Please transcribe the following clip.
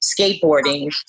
skateboarding